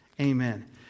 Amen